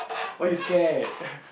why you scared